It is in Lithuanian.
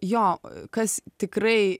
jo kas tikrai